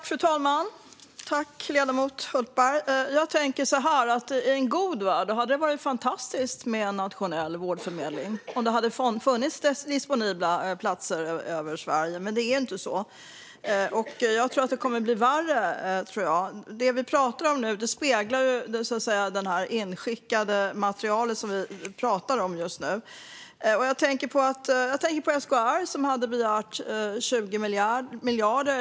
Fru talman och ledamoten Hultberg! Jag tänker att i en god värld, där det hade funnits disponibla platser i hela Sverige, hade det varit fantastiskt med en nationell vårdförmedling. Men så är det inte, och jag tror att det kommer att bli ännu värre. Det vi pratar om nu speglar det inskickade materialet, som det handlar om just nu. Jag tänker på SKR, som hade höjt till, och begärt, 20 miljarder.